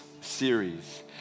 series